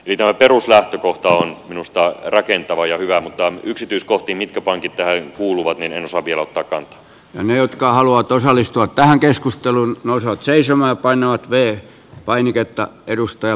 eli tämä peruslähtökohta on minusta rakentava ja hyvä mutta yksityiskohtiin mitkä pankit tähän kuuluvat en osaa vielä ottaakaan jotka haluavat osallistua tähän keskusteluun nousee seisomaan vain on veh ottaa kantaa